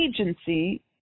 agency